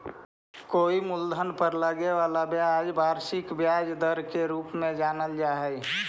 कोई मूलधन पर लगे वाला ब्याज के वार्षिक ब्याज दर के रूप में जानल जा हई